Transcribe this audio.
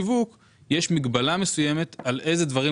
הסביבה העסקית שבה הם פועלים משתנה ויש להם שינוי בתמהיל המוצרים